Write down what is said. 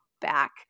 Back